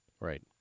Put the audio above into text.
Right